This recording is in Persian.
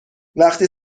وقتی